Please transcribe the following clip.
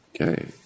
Okay